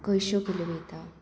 कळश्यो केल्यो वयता